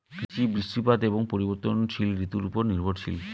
কৃষি বৃষ্টিপাত এবং পরিবর্তনশীল ঋতুর উপর নির্ভরশীল